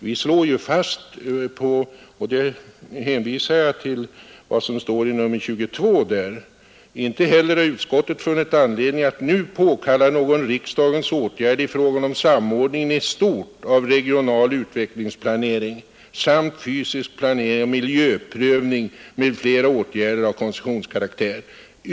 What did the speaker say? Vi slår ju fast i betänkande nr 22: ”Inte heller har utskottet funnit anledning att nu påkalla någon riksdagens åtgärd i fråga om samordningen i stort av regional utvecklingsplanering samt fysisk planering, miljöprövning m.fl. åtgärder av koncessionskaraktär.